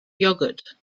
yogurt